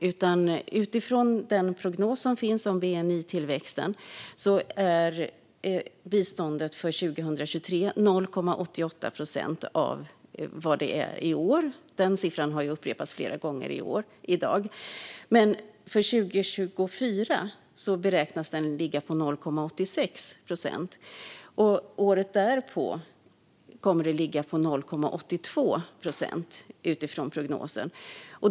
Utifrån den prognos som finns för bni-tillväxten är 2023 års bistånd 0,88 procent av årets, en siffra som har upprepats flera gånger i dag. För 2024 beräknas den ligga på 0,86 procent och året därefter på 0,82 procent.